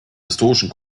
historischen